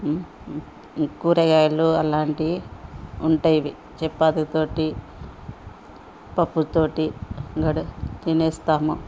కూరగాయలు అలాంటివి ఉంటాయి చపాతితో పప్పుతో తినేస్తాము